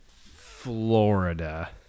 Florida